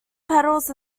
petals